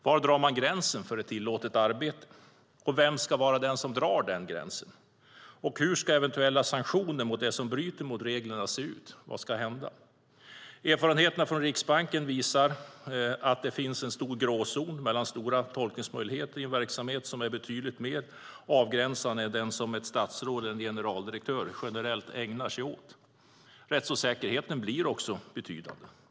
Var drar man gränsen för ett tillåtet arbete? Vem ska dra gränsen? Hur ska eventuella sanktioner mot dem som bryter mot reglerna se ut? Vad ska hända? Erfarenheterna från Riksbanken visar att det finns en stor gråzon med stora tolkningsmöjligheter i en verksamhet som är betydligt mer avgränsad än den som ett statsråd eller en generaldirektör generellt ägnar sig åt. Rättsosäkerheten blir också betydande.